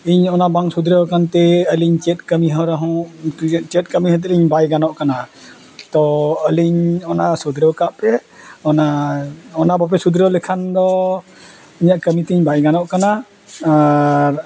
ᱤᱧᱟᱹᱜ ᱚᱱᱟ ᱵᱟᱝ ᱥᱩᱫᱷᱨᱟᱹᱣ ᱟᱠᱟᱱᱛᱮ ᱟᱹᱞᱤᱧ ᱪᱮᱫ ᱠᱟᱹᱢᱤᱦᱚᱨᱟ ᱦᱚᱸ ᱪᱮᱫ ᱠᱟᱹᱢᱤ ᱦᱚᱸ ᱛᱟᱹᱞᱤᱧ ᱵᱟᱭ ᱜᱟᱱᱚᱜ ᱠᱟᱱᱟ ᱛᱚ ᱟᱹᱞᱤᱧ ᱚᱱᱟ ᱥᱚᱫᱨᱟᱹᱣ ᱠᱟᱜ ᱯᱮ ᱚᱱᱟ ᱚᱱᱟ ᱵᱟᱯᱮ ᱥᱚᱫᱨᱟᱹᱣ ᱞᱮᱠᱷᱟᱱ ᱫᱚ ᱤᱧᱟᱹᱜ ᱠᱟᱹᱢᱤ ᱛᱤᱧ ᱵᱟᱭ ᱜᱟᱱᱚᱜ ᱠᱟᱱᱟ ᱟᱨ